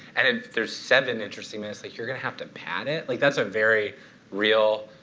and if there's seven interesting minutes, like you're going to have to pad it. like that's a very real,